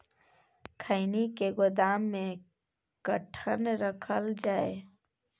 खैनी के गोदाम में कखन रखल जाय?